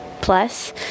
Plus